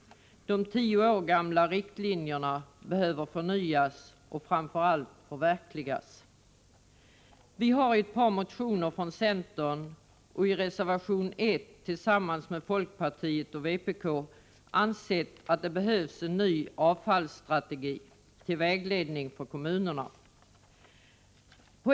De tio år gamla riktlinjerna behöver förnyas och, framför allt, förverkligas. Centern har i ett par motioner, och i reservation 1 tillsammans med folkpartiet och vpk, ansett att det behövs en ny avfallsstrategi till vägledning för kommunerna.